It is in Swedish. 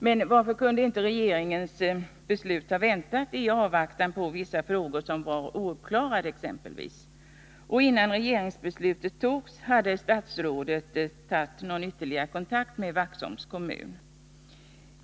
Men varför kunde inte regeringen ha väntat med sitt beslut till dess att vissa olösta frågor blivit uppklarade? Innan regeringsbeslutet fattats hade statsrådet kunnat ta någon ytterligare kontakt med Vaxholm.